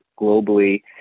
globally